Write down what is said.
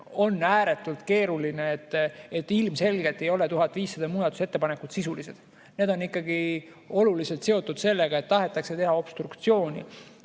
on ääretult keeruline ja ilmselgelt ei ole 1500 muudatusettepanekut sisulised. Need on ikkagi oluliselt seotud sellega, et tahetakse teha obstruktsiooni,